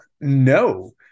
no